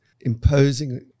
imposing